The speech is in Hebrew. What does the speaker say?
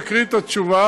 אקריא את התשובה